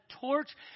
torch